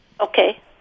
Okay